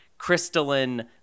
crystalline